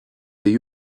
the